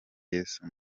yesu